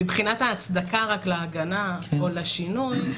מבחינת ההצדקה להגנה או לשינוי,